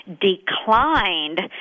declined